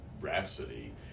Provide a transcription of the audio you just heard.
Rhapsody